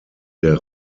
der